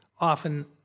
often